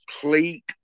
complete